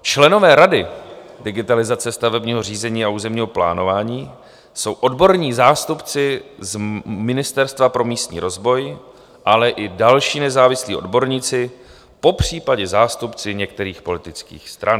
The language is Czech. Členové rady digitalizace stavebního řízení a územního plánování jsou odborní zástupci z Ministerstva pro místní rozvoj, ale i další nezávislí odborníci, popřípadě zástupci některých politických stran.